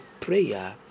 prayer